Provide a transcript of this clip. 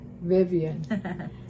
Vivian